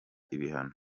ibihano